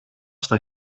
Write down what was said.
στα